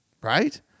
right